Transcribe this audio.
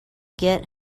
get